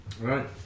right